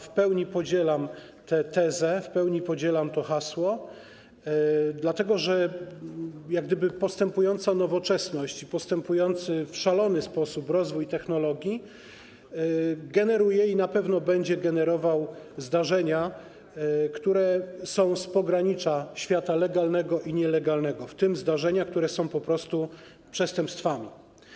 W pełni podzielam tę tezę, w pełni popieram to hasło, dlatego że postępująca nowoczesność, postępujący w szalony sposób rozwój technologii generuje i na pewno będzie generował zdarzenia, które są z pogranicza świata legalnego i nielegalnego, w tym zdarzenia, które są po prostu przestępstwami.